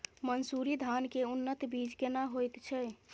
मन्सूरी धान के उन्नत बीज केना होयत छै?